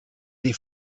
des